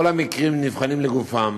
כל המקרים נבחנים לגופם,